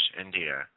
India